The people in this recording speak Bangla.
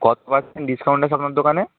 কত পার্সেন্ট ডিসকাউন্ট আছে আপনার দোকানে